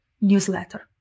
newsletter